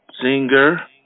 Singer